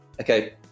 Okay